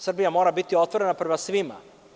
Srbija mora biti otvorena prema svima.